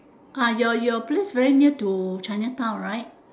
ah your your place very near to chinatown right